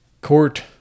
Court